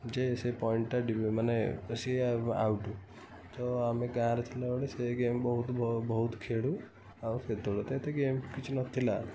ଯେ ସେ ପଏଣ୍ଟଟା ମାନେ ସିଏ ଆଉଟ୍ ତ ଆମେ ଗାଁରେ ଥିଲାବେଳେ ସେ ଗେମ୍ ବହୁତ ବହୁତ ଖେଳୁ ଆଉ ସେତେବେଳେ ତ ଏତେ ଗେମ୍ କିଛି ନଥିଲା